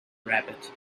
rabbit